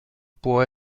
può